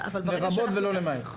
לרבות ולא למעט.